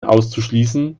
auszuschließen